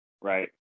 right